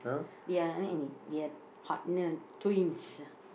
ya they are partner twins ah